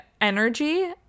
energy